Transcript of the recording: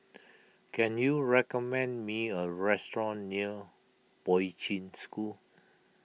can you recommend me a restaurant near Poi Ching School